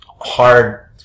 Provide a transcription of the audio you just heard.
hard